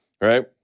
right